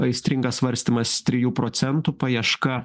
aistringas svarstymas trijų procentų paieška